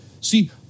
see